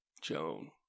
Joan